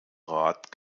rat